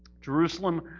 Jerusalem